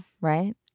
right